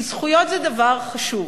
כי זכויות זה דבר חשוב.